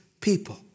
people